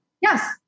Yes